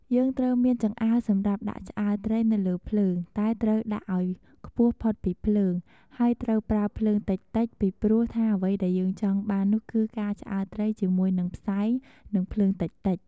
យើងត្រូវមាន ចង្អើរសម្រាប់ដាក់ឆ្អើរត្រីនៅលើភ្លើង តែត្រូវដាក់អោយខ្ពស់ផុតពីភ្លើង ហើយត្រូវប្រើភ្លើងតិចៗ ពីព្រោះថាអ្វីដែលយើងចង់បាននៅគឺការឆ្អើរត្រីជាមួយ និងផ្សែង និងភ្លើងតិចៗ។